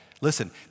listen